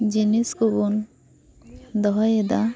ᱡᱤᱱᱤᱥ ᱠᱚᱵᱚᱱ ᱫᱚᱦᱚᱭᱮᱫᱟ